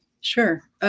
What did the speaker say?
Sure